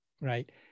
right